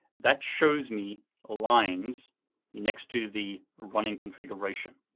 that shows me ah lines next to the running configuration.